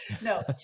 no